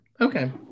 Okay